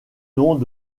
noms